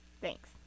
Thanks